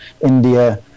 India